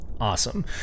Awesome